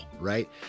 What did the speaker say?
right